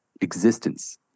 existence